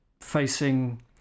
facing